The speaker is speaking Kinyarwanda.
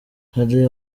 hari